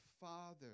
Father